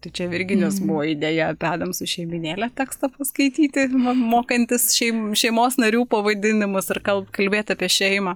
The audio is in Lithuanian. tai čia virginijos buvo idėja apie adamsų šeimynėlę tekstą paskaityti mokantis šeim šeimos narių pavadinimus ir kal kalbėti apie šeimą